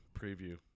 preview